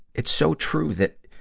it's so true that,